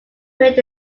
made